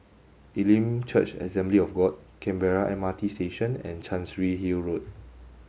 Elim Church Assembly of God Canberra M R T Station and Chancery Hill Road